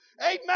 Amen